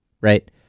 right